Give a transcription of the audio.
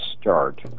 start